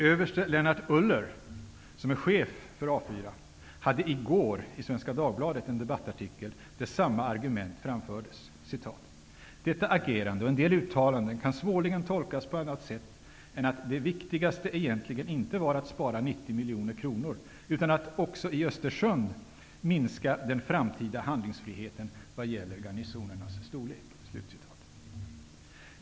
Överste Lennart Uller, som är chef för A 4, hade i går i Svenska Dagbladet en debattartikel där samma argument framfördes: ''Detta agerande och en del uttalanden kan svårligen tolkas på annat sätt än att det viktigaste egentligen inte var att spara 90 miljoner kronor utan att också i Östersund minska den framtida handlingsfriheten vad gäller garnisonens storlek.''